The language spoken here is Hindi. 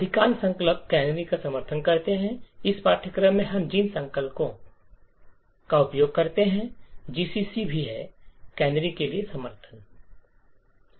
अधिकांश संकलक कैनरी का समर्थन करते हैं इस पाठ्यक्रम में हम जिन संकलकों का उपयोग कर रहे हैं जीसीसी भी है कैनरी के लिए समर्थन है